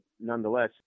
nonetheless